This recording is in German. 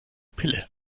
pille